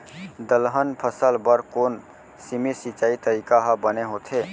दलहन फसल बर कोन सीमित सिंचाई तरीका ह बने होथे?